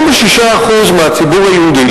86% מהציבור היהודי,